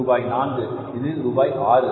ரூபாய் 4 இது ரூபாய் 6